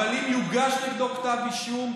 אבל אם יוגש נגדו כתב אישום,